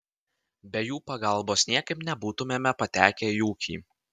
be jų pagalbos niekaip nebūtumėme patekę į ūkį